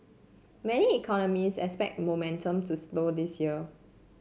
many economist expect momentum to slow this year